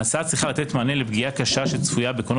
ההצעה צריכה לתת מענה לפגיעה קשה שצפויה בעקרונות